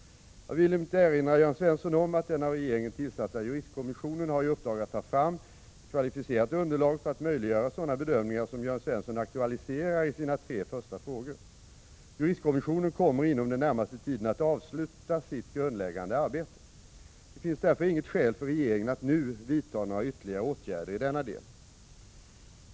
Jag vill emellertid erinra Jörn Svensson om att den av regeringen tillsatta juristkommissionen har i uppdrag att ta fram ett kvalificerat underlag för att möjliggöra sådana bedömningar som Jörn Svensson aktualiserar i sina tre första frågor. Juristkommissionen kommer inom den närmaste tiden att avsluta sitt grundläggande arbete. Det finns därför inte skäl för regeringen att nu vidta några ytterligare åtgärder i denna del.